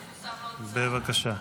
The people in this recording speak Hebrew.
בבקשה.